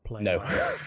No